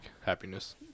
happiness